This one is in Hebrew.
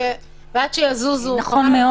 ועד שיזוזו --- זה נכון מאוד.